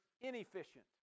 inefficient